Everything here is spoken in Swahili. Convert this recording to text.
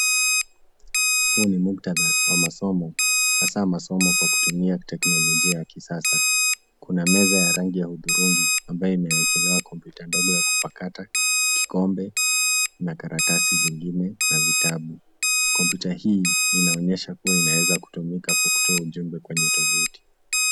Huu ni muktadha wa masomo hasa masomo kwa kutumia teknolojia ya kisasa. Kuna meza ya rangi ya hudhurungi ambayo imewekelewa kompyuta ndogo ya kupakata, kikombe na karatasi zingine na vitabu. Kompyuta hii inaonesha kuwa inaweza kutumika kwa kutoa ujumbe kwenye tovuti.